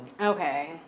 Okay